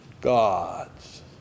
gods